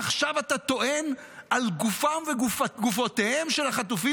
ועכשיו אתה טוען על גופותיהם של החטופים